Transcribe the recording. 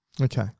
Okay